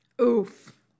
Oof